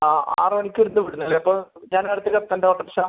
ആ ആറ് മണിക്ക് എടുത്ത് ഇവിടുന്നല്ലേ അപ്പോൾ ഞാൻ നേരത്തിൽ എത്തണ്ടേ ഓട്ടോറിക്ഷ